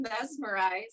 mesmerized